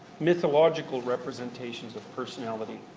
mythological representations of personality,